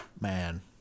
Man